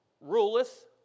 Ruleth